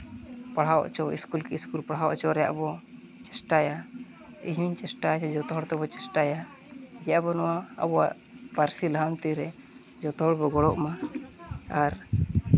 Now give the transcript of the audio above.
ᱯᱟᱲᱦᱟᱣ ᱦᱚᱪᱚ ᱥᱠᱩᱞ ᱠᱮ ᱥᱠᱩᱞ ᱯᱟᱲᱦᱟᱣ ᱦᱚᱪᱚ ᱨᱮᱭᱟᱜ ᱵᱚᱱ ᱪᱮᱥᱴᱟᱭᱟ ᱤᱧ ᱦᱚᱸᱧ ᱪᱮᱥᱴᱟᱭᱟ ᱪᱮ ᱡᱚᱛᱚ ᱦᱚᱲ ᱛᱮᱵᱚᱱ ᱪᱮᱥᱴᱟᱭᱟ ᱡᱮ ᱟᱵᱚ ᱱᱚᱣᱟ ᱟᱵᱚᱣᱟᱜ ᱯᱟᱹᱨᱥᱤ ᱞᱟᱦᱟᱱᱛᱤ ᱨᱮ ᱡᱚᱛᱚᱦᱚᱲ ᱵᱚᱱ ᱜᱚᱲᱚᱜ ᱢᱟ ᱟᱨ